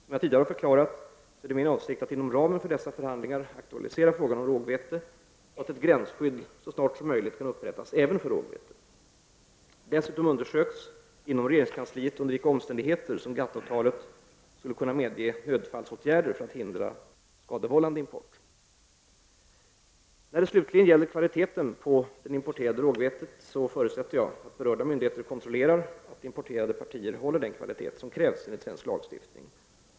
Som jag tidigare förklarat är det min avsikt att inom ramen för dessa förhandlingar aktualisera frågan om rågvete, så att ett gränsskydd så snart som möjligt kan upprättas även för rågvete. Dessutom undersöks inom regeringkansliet under vilka omständigheter GATT-avtalet skulle kunna medge nödfallsåtgärder för att förhindra skadevållande import. När det slutligen gäller kvaliteten på det importerade rågvetet förutsätter jag att berörda myndigheter kontrollerar att importerade partier håller den kvalitet som krävs enligt svensk lagstiftning.